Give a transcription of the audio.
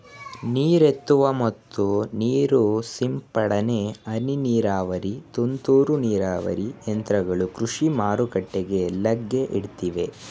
ನೀರೆತ್ತುವ ಮತ್ತು ನೀರು ಸಿಂಪಡನೆ, ಹನಿ ನೀರಾವರಿ, ತುಂತುರು ನೀರಾವರಿ ಯಂತ್ರಗಳು ಕೃಷಿ ಮಾರುಕಟ್ಟೆಗೆ ಲಗ್ಗೆ ಇಟ್ಟಿವೆ